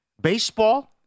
baseball